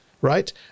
right